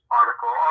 article